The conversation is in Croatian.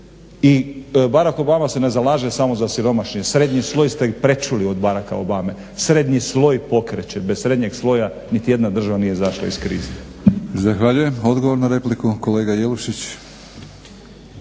I Barack Obama se ne zalaže samo za siromašni, srednji sloj ste prečuli od Baracka Obame, srednji sloj pokreće. Bez srednjeg sloja niti jedna država nije izašla iz krize. **Batinić, Milorad (HNS)** Zahvaljujem. Odgovor na repliku, kolega Jelušić.